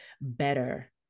better